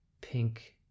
pink